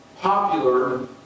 popular